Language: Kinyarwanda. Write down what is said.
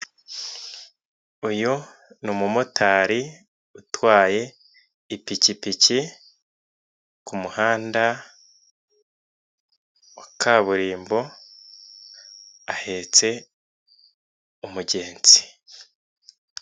uyu ni umumotari utwaye ipikipiki ku muhanda wa kaburimbo, ahetse umugenzi.